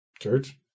church